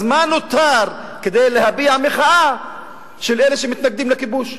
אז מה נותר כדי להביע את המחאה של אלה שמתנגדים לכיבוש?